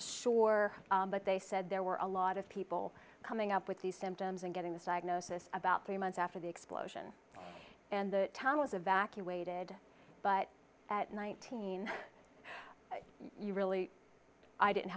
sure but they said there were a lot of people coming up with these symptoms and getting this diagnosis about three months after the explosion and the town was evacuated but at night teen you really i didn't